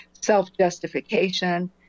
self-justification